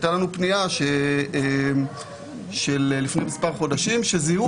שהייתה לנו פנייה לפני מספר חודשים שזיהו